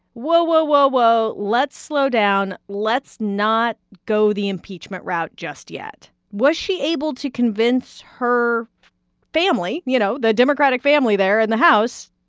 whoa, whoa, whoa, whoa, let's slow down let's not go the impeachment route just yet. was she able to convince her family, you know, the democratic family there in the house,